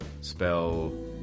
Spell